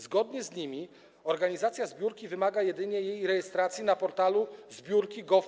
Zgodnie z nimi organizacja zbiórki wymaga jedynie jej rejestracji na portalu zbiorki.gov.pl.